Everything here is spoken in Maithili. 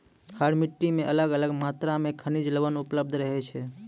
हर मिट्टी मॅ अलग अलग मात्रा मॅ खनिज लवण उपलब्ध रहै छै